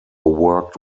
worked